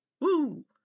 woo